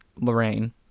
Lorraine